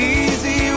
easy